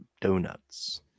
donuts